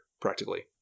practically